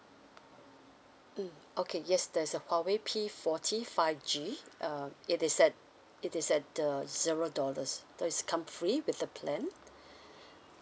mm okay yes there's a huawei P forty five G uh it is at it is at the zero dollars so it's come free with the plan